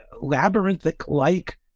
labyrinthic-like